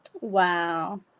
Wow